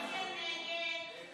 ההסתייגות (13) של